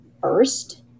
first